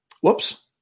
Whoops